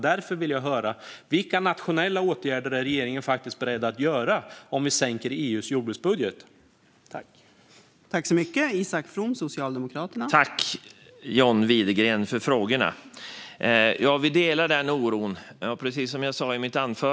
Därför vill jag höra vilka nationella åtgärder som regeringen är beredd att vidta om EU:s jordbruksbudget minskar.